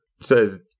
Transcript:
says